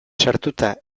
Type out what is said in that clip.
sartuta